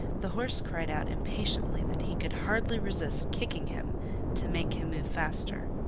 the horse cried out impatiently that he could hardly resist kicking him to make him move faster.